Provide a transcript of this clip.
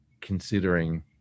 considering